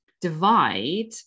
divide